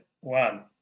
one